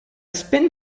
spin